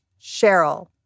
Cheryl